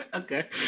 Okay